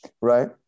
right